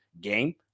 game